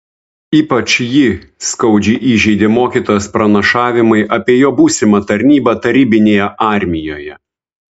ypač jį skaudžiai įžeidė mokytojos pranašavimai apie jo būsimą tarnybą tarybinėje armijoje